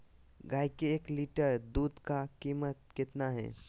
गाय के एक लीटर दूध का कीमत कितना है?